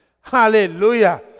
Hallelujah